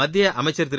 மத்திய அமைச்சா் திரு